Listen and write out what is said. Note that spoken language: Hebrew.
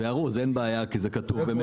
את זה ארוז, אין בעיה, כי זה כתוב במילא.